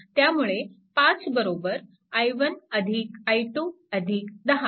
त्यामुळे 5 i1 i2 10